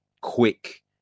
quick